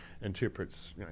interprets